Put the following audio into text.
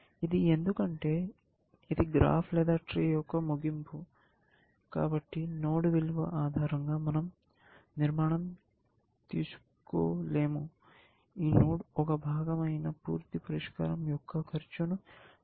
ఇది ఎందుకంటే ఇది గ్రాఫ్ లేదా ట్రీ యొక్క ముగింపు కాబట్టి నోడ్ విలువ ఆధారంగా మనం నిర్ణయం తీసుకోలేము ఈ నోడ్ ఒక భాగం అయిన పూర్తి పరిష్కారం యొక్క ఖర్చును మనం చూడాలి